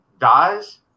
dies